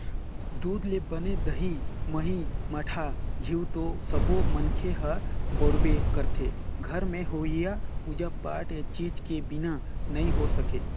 दूद ले बने दही, मही, मठा, घींव तो सब्बो मनखे ह बउरबे करथे, घर में होवईया पूजा पाठ ए चीज के बिना नइ हो सके